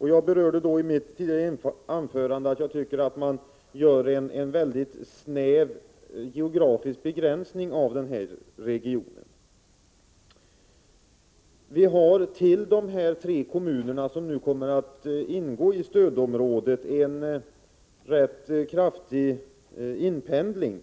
I mitt anförande nämnde jag att man tycker att man gör en mycket snäv geografisk begränsning. Till de tre kommuner som nu kommer att ingå i stödområdet förekommer en rätt kraftig inpendling